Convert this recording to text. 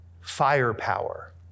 firepower